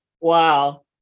Wow